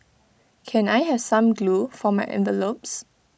can I have some glue for my envelopes